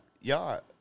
y'all